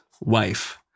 wife